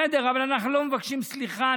בסדר, אבל אנחנו לא מבקשים סליחה.